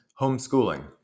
homeschooling